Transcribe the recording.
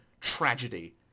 tragedy